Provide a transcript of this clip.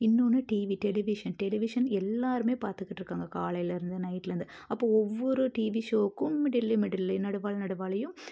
இன்னொன்று TV television television எல்லோருமே பார்த்துக்கிட்டு இருக்காங்க காலையில் இருந்து நைட்டுலருந்து அப்போது ஒவ்வொரு டிவி ஷோக்கும் மிடிலில் மிடிலில் நடுவில நடுவிலையும்